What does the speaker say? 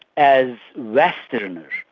as western,